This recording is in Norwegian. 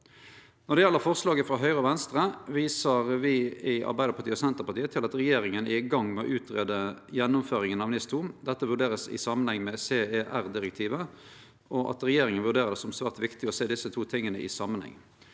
Når det gjeld forslaget frå Høgre og Venstre, viser me i Arbeidarpartiet og Senterpartiet til at regjeringa er i gang med å greie ut gjennomføringa av NIS2. Dette vert vurdert i samanheng med CER-direktivet, og regjeringa vurderer det som svært viktig å sjå desse to tinga i samanheng.